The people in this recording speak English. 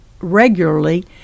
regularly